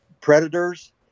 predators